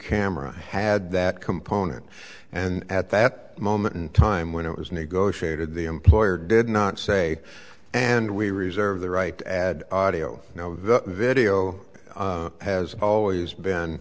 camera had that component and at that moment in time when it was negotiated the employer did not say and we reserve the right add audio video has always been